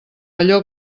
allò